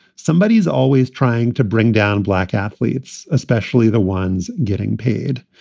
somebody is always trying to bring down black athletes, especially the ones getting paid.